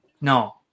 No